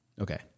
Okay